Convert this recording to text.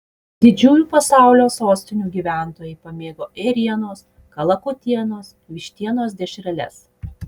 didžiųjų pasaulio sostinių gyventojai pamėgo ėrienos kalakutienos vištienos dešreles